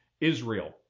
Israel